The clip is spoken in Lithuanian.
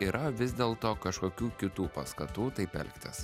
yra vis dėlto kažkokių kitų paskatų taip elgtis